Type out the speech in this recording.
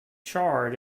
charred